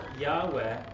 Yahweh